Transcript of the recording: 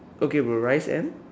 okay bro rice and